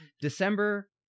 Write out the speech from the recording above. December